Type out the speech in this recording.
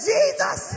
Jesus